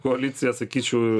koalicija sakyčiau